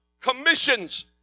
commissions